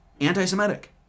anti-Semitic